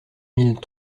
mille